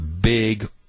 big